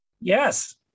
Yes